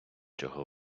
чого